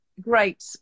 Great